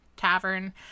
Tavern